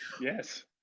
yes